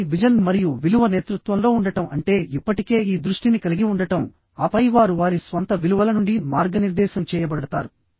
కాబట్టి విజన్ మరియు విలువ నేతృత్వంలో ఉండటం అంటే ఇప్పటికే ఈ దృష్టిని కలిగి ఉండటం ఆపై వారు వారి స్వంత విలువల నుండి మార్గనిర్దేశం చేయబడతారు